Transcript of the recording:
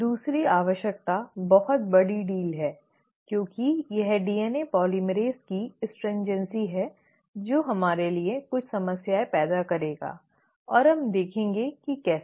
दूसरी आवश्यकता अधिक बड़ी डील है क्योंकि यह DNA polymerase की स्ट्रीन्जॅन्सि है जो हमारे लिए कुछ समस्याएं पैदा करेगा और हम देखेंगे कि कैसे